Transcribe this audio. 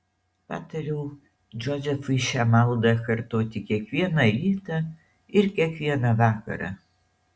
patariau džozefui šią maldą kartoti kiekvieną rytą ir kiekvieną vakarą